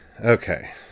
Okay